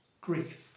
grief